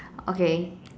okay